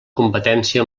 competència